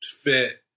fit